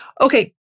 Okay